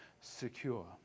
secure